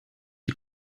les